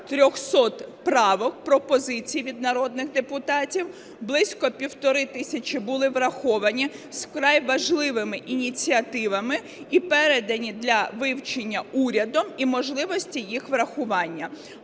300 правок, пропозицій від народних депутатів, близько 1,5 тисячі були враховані, з вкрай важливими ініціативами, і передані для вивчення урядом і можливості їх врахування.